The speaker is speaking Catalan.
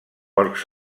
porcs